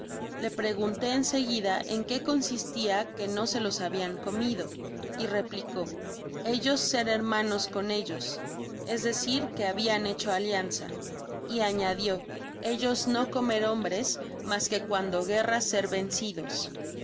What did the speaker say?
le preguntó en seguida en qué consistia que no se los habian comid y replicó ellos ser hermanos con ellos es decir que habian hecho alianza y añadio ellos bo comer hombres mas que cuando guerra ser vencidos